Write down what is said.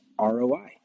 ROI